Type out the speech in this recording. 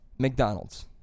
mcdonald's